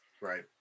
right